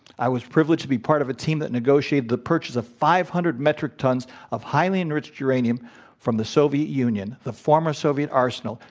i was privileged to be part of a team that negotiated the purchase of five hundred metric tons of highly-enriched uranium from the soviet union, the former soviet arsenal,